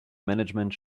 management